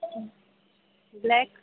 black